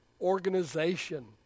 organization